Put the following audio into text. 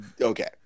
Okay